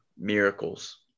miracles